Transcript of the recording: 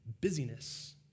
busyness